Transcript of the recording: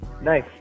nice